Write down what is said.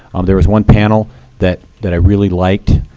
um there was one panel that that i really liked